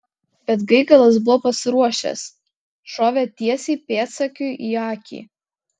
bet gaigalas buvo pasiruošęs šovė tiesiai pėdsekiui į akį